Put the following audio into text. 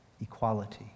Equality